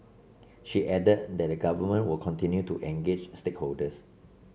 she added that the government will continue to engage stakeholders